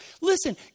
Listen